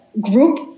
group